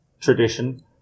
tradition